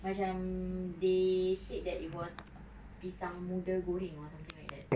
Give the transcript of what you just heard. macam they said that it was pisang muda goreng or something like that